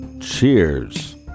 Cheers